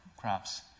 crops